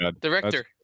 Director